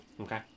Okay